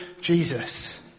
Jesus